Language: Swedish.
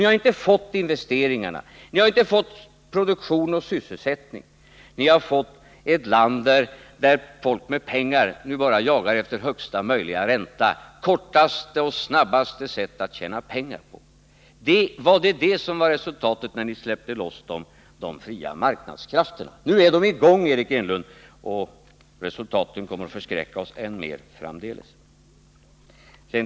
Ni har inte åstadkommit investeringar, produktion och sysselsättning — ni har åstadkommit ett land där folk med pengar bara jagar efter högsta möjliga ränta, snabbaste sätt att tjäna pengar. Det är resultatet av att ni släppt loss de fria marknadskrafterna. Nu är de i gång, Eric Enlund. Och resultaten kommer att förskräcka oss än mer framdeles.